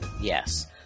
Yes